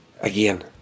Again